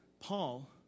Paul